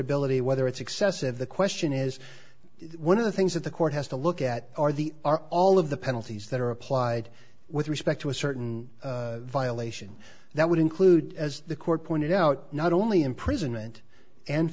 ability whether it's excessive the question is one of the things that the court has to look at are the are all of the penalties that are applied with respect to a certain violation that would include as the court pointed out not only imprisonment and